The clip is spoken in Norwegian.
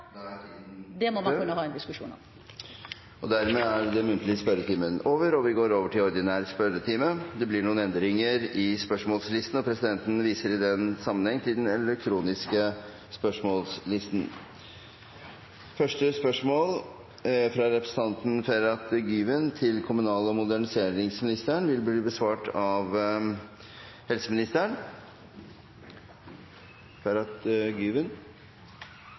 må være noe å ha en diskusjon om. Sak nr. 1 er dermed ferdigbehandlet. Det blir noen endringer i den oppsatte spørsmålslisten, og presidenten viser i den sammenheng til den elektroniske spørsmålslisten som er gjort tilgjengelig for representantene. De foreslåtte endringene i dagens spørretime foreslås godkjent. – Det anses vedtatt. Endringene var som følger: Spørsmål 1, fra representanten Ferhat Güven til kommunal- og moderniseringsministeren, vil bli besvart av